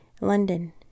London